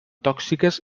tòxiques